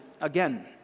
again